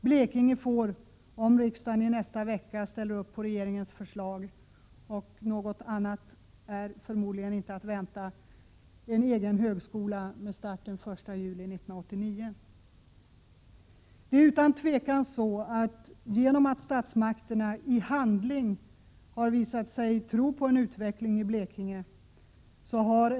Blekinge får, om riksdagen i nästa vecka antar regeringens förslag — något annat är förmodligen inte att vänta —, en egen högskola med start den 1 juli 1989. Det är utan tvivel så att en gryende optimism har börjat spira i länet, genom att statsmakterna i handling har visat sig tro på en utveckling i Blekinge.